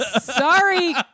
Sorry